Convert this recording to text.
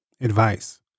Advice